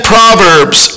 Proverbs